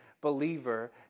believer